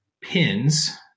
pins